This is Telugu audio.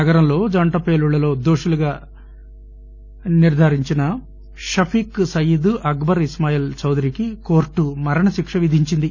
నగరంలోని జంట పేలుళ్లలో దోషులుగా నిర్ణయించిన షఫీక్ సయీద్ అక్బర్ ఇస్మాయిల్ చౌదరికి కోర్టు మరణశిక్ష విధించింది